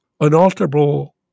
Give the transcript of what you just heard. unalterable